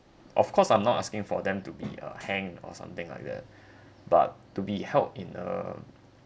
of course I'm not asking for them to be uh hang or something like that but to be held in a